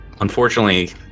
Unfortunately